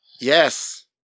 Yes